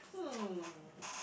hmm